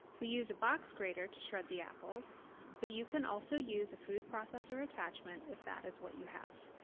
we use a box grater to shred the apples but you can also use a food processor attachment if that is what you have.